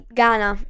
Ghana